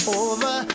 over